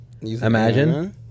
Imagine